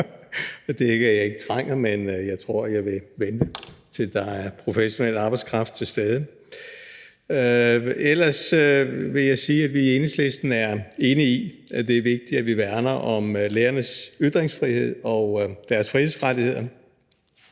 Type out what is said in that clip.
ikke at jeg ikke trænger, men jeg tror, jeg vil vente, til der er professionel arbejdskraft til stede. Ellers vil jeg sige, at vi i Enhedslisten er enige i, at det er vigtigt, at vi værner om lærernes ytringsfrihed og deres frihedsrettigheder.